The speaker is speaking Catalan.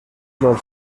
del